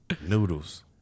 noodles